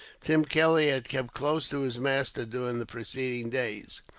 tim kelly had kept close to his master, during the preceding days.